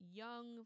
young